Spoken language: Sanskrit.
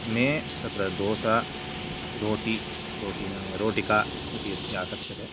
मे तत्र दोसा रोटी रोटी नाम रोटिका इति यत् या कथ्यते